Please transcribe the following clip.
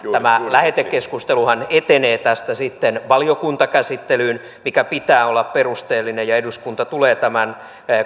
lähetekeskusteluhan etenee tästä sitten valiokuntakäsittelyyn minkä pitää olla perusteellinen ja eduskunta tulee tämän